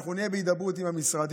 אנחנו נהיה בהידברות עם המשרדים,